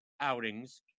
outings